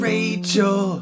Rachel